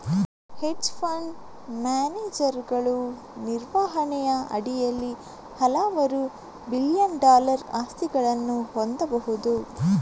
hedge fund ಮ್ಯಾನೇಜರುಗಳು ನಿರ್ವಹಣೆಯ ಅಡಿಯಲ್ಲಿ ಹಲವಾರು ಬಿಲಿಯನ್ ಡಾಲರ್ ಆಸ್ತಿಗಳನ್ನು ಹೊಂದಬಹುದು